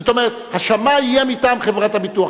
זאת אומרת, השמאי יהיה מטעם חברת הביטוח.